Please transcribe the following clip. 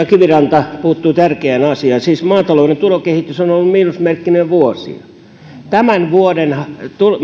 kiviranta puuttui tärkeään asiaan maatalouden tulokehitys on ollut miinusmerkkinen vuosia tämän vuoden tulo